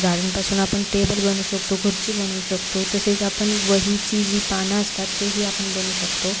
झाडांपासून आपण टेबल बनवू शकतो खुर्ची बनवू शकतो तसेच आपण वहीची जी पानं असतात तेही आपण बनवू शकतो